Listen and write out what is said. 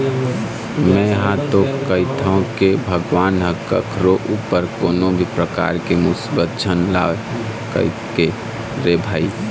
में हा तो कहिथव के भगवान ह कखरो ऊपर कोनो भी परकार के मुसीबत झन लावय कहिके रे भई